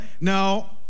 no